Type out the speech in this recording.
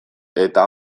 eta